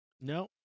no